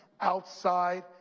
outside